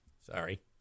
Sorry